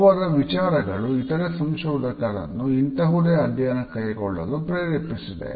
ಅವರ ವಿಚಾರಗಳು ಇತರೆ ಸಂಶೋಧಕರನ್ನು ಇಂತಹುದೇ ಅಧ್ಯಯನ ಕೈಗೊಳ್ಳಲು ಪ್ರೇರೇಪಿಸಿದೆ